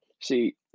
see